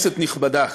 מהתקנים של הפליטה.